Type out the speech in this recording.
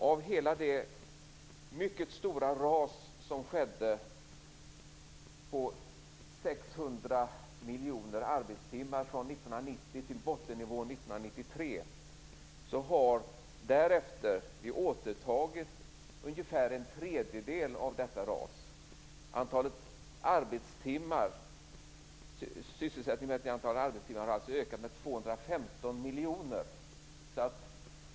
Av det mycket stora ras om 600 miljoner arbetstimmar som skedde från 1990 till bottennivån 1993 har vi återtagit ungefär en tredjedel. Sysselsättningen mätt i antalet arbetstimmar har därmed ökat med 215 miljoner.